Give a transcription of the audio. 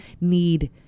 need